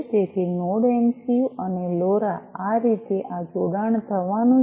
તેથી node MCU અને LoRa આ રીતે આ જોડાણ થવાનું છે